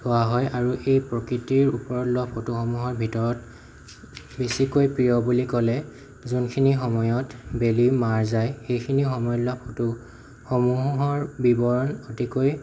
লোৱা হয় আৰু এই প্ৰকৃতিৰ ওপৰত লোৱা ফটোসমূহৰ ভিতৰত বেছিকৈ প্ৰিয় বুলি ক'লে যোনখিনি সময়ত বেলি মাৰ যায় সেইখিনি সময়ত লোৱা ফটোসমূহৰ ব্যৱহাৰ অতিকৈ